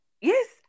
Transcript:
Yes